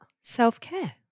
self-care